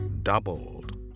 doubled